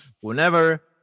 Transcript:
Whenever